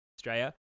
Australia